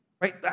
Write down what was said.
right